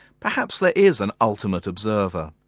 perhaps there is an ultimate observer,